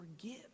forgive